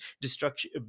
destruction